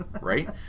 Right